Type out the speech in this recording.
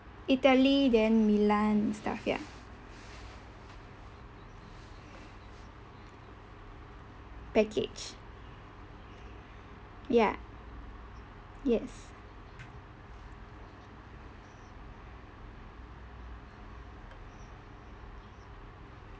italy then milan and stuff ya package ya yes